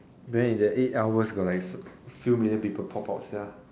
then in the eight hours got like few million people pop up sia